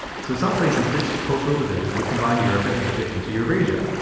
so some places ditch the culture division and combine europe and asia into eurasia.